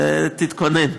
תתכונן,